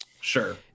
Sure